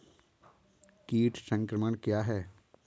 कीट संक्रमण क्या है?